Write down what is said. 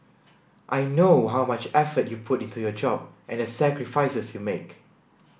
I know how much effort you put into your job and the sacrifices you make